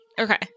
Okay